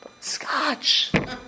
Scotch